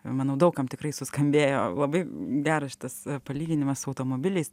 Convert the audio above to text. manau daug kam tikrai suskambėjo labai geras šitas palyginimas su automobiliais